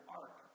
arc